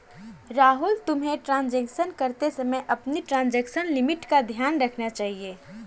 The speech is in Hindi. राहुल, तुम्हें ट्रांजेक्शन करते समय अपनी ट्रांजेक्शन लिमिट का ध्यान रखना चाहिए